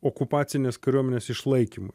okupacinės kariuomenės išlaikymui